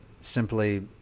simply